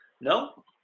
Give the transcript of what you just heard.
no